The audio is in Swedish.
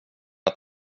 att